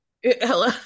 hello